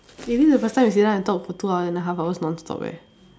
eh this is the first time we sit down and talk for two and a half hour non-stop eh